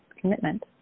commitment